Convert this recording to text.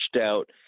out